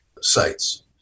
sites